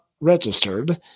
registered